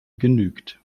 genügt